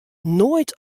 noait